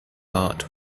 art